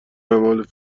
اعمال